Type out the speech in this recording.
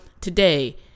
today